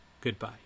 goodbye